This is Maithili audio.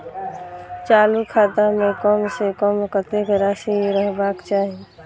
चालु खाता में कम से कम कतेक राशि रहबाक चाही?